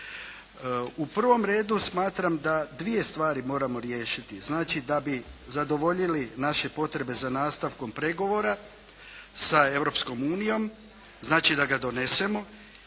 U prvom redu smatram da dvije stvari moramo riješiti znači da bi zadovoljili naše potrebe za nastavkom pregovora sa Europskom unijom, znači da ga donesemo.